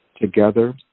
together